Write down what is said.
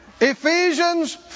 Ephesians